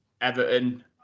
Everton